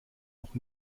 noch